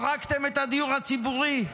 הרגתם את הדיור הציבורי,